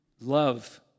love